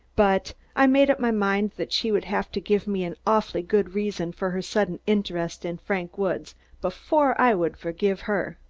but i made up my mind that she would have to give me an awfully good reason for her sudden interest in frank woods before i would forgive her.